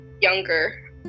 younger